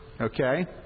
Okay